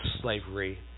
slavery